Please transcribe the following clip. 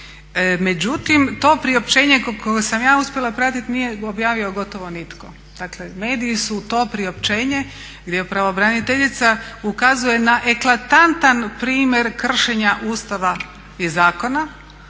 Međutim, to priopćenje koliko sam ja uspjela pratiti nije objavio gotovo nitko. Dakle mediji su to priopćenje gdje pravobraniteljica ukazuje na eklatantan primjer kršenja Ustava i Zakona